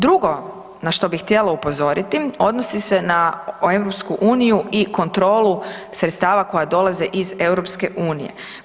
Drugo na što bih htjela upozoriti, odnosi se na EU i kontrolu sredstava koja dolaze iz EU-a.